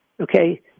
okay